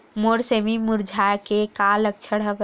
मोर सेमी मुरझाये के का लक्षण हवय?